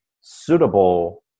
suitable